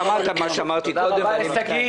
תודה רבה לשגית